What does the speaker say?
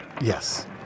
Yes